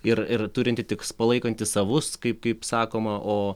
ir ir turinti tiks palaikanti savus kaip kaip sakoma o